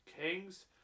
Kings